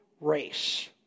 race